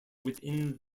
within